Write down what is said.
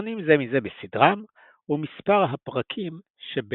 השונים זה מזה בסדרם ומספר הפרקים שביניהם.